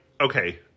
okay